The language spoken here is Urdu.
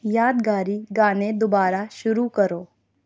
یادگاری گانے دوبارہ شروع کرو